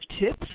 tips